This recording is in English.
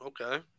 Okay